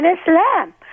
Islam